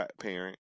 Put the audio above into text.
parent